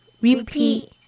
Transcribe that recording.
repeat